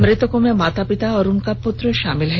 मृतकों में माता पिता और उनका पुत्र शामिल है